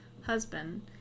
husband